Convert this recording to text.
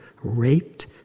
raped